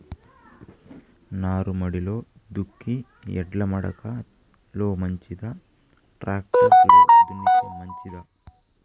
నారుమడిలో దుక్కి ఎడ్ల మడక లో మంచిదా, టాక్టర్ లో దున్నితే మంచిదా?